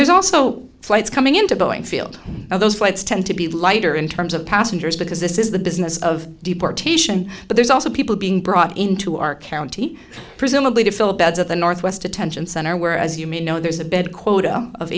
there's also flights coming into boeing field now those flights tend to be lighter in terms of passengers because this is the business of deportation but there's also people being brought into our county presumably to fill beds at the northwest detention center where as you may know there's a bed quota of